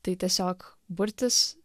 tai tiesiog burtis